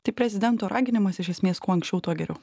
tai prezidento raginimas iš esmės kuo anksčiau tuo geriau